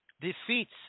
defeats